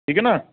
ਠੀਕ ਹੈ ਨਾ